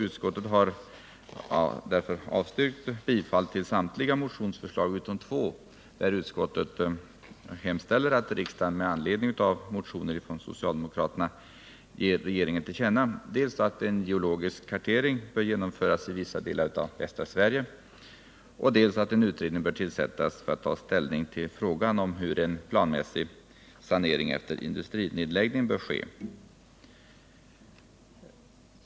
Utskottet har därför avstyrkt bifall till samtliga motionsförslag utom till två, där utskottet hemställer att riksdagen med anledning av motioner från socialdemokrater ger regeringen till känna dels att en geologisk kartering bör genomföras i vissa delar av västra Sverige, dels att en utredning bör tillsättas för att ta ställning till frågan om hur en planmässig sanering efter industrinedläggningar bör ske.